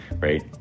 right